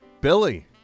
Billy